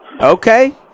Okay